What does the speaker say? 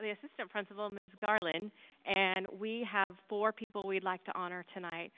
the assistant principal ms. garland an we have four people we'd like to honor tonight.